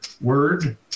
Word